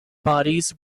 bodies